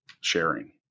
sharing